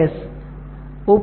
S